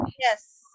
yes